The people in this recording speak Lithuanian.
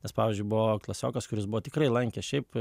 nes pavyzdžiui buvo klasiokas kuris buvo tikrai lankė šiaip